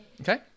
Okay